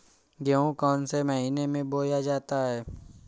गेहूँ कौन से महीने में बोया जाता है?